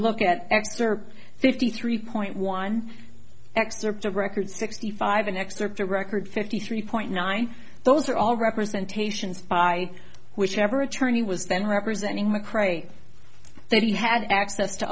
look at x or fifty three point one excerpt of record sixty five an excerpt a record fifty three point nine those are all representations by whichever attorney was then representing mcrae that he had access to